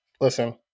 Listen